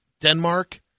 Denmark